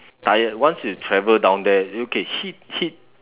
tired once you travel down there okay heat heat